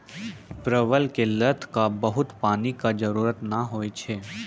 परवल के लत क बहुत पानी के जरूरत नाय होय छै